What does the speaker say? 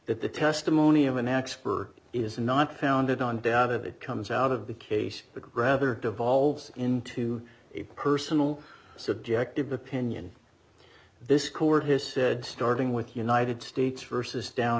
that the testimony of an expert is not founded on doubt it comes out of the case but rather devolves into a personal subjective opinion this court has said starting with united states versus down